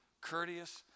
courteous